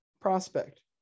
prospect